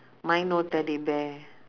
mine no teddy bear